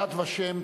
יד ושם,